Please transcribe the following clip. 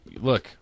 look